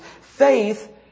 faith